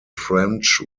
french